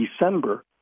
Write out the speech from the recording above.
December